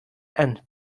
and